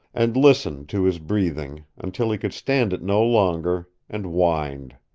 and listened to his breathing, until he could stand it no longer, and whined.